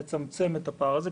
לצמצם את הפער הזה,